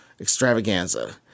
extravaganza